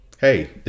hey